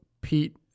Pete